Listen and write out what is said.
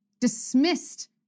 dismissed